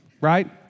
right